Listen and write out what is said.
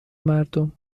مردم